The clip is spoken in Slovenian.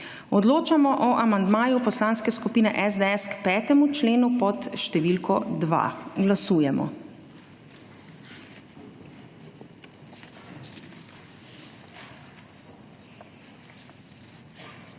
Odločamo o amandmaju Poslanske skupine SDS k 5. členu pod številko 2. Glasujemo.